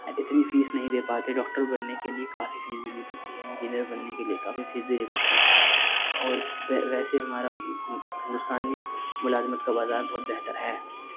اتنی فیس نہیں دے پاتے ہیں ڈاکٹر بننے کے لیے کافی فیس دینی پڑتی ہے انجینئر بننے کے لیے کافی فیس دینی پڑتی ہے اور ویسے ہمارا ہندوستانی ملازمت کا بازار بہت بہتر ہے